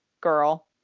girl